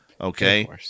Okay